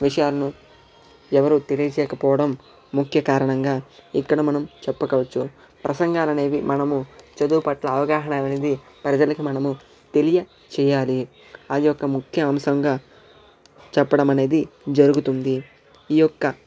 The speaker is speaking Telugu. విషయాన్ని ఎవరూ తెలియచేయకపోవడం ముఖ్య కారణంగా ఇక్కడ మనం చెప్పుకోవచ్చు ప్రసంగాలనేవి మనము చదువు పట్ల అవగాహన అనేది ప్రజలకు మనము తెలియచేయాలి అది ఒక ముఖ్య అంశంగా చెప్పడం అనేది జరుగుతుంది ఈ యొక్క